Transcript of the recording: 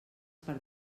per